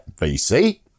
VC